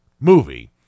movie